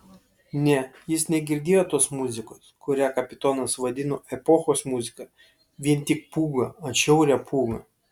ne jis negirdėjo tos muzikos kurią kapitonas vadino epochos muzika vien tik pūgą atšiaurią pūgą